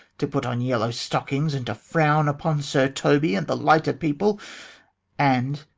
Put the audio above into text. to put on yellow stockings, and to frown upon sir toby and the lighter people and,